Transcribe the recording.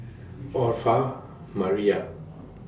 Orpha Mariah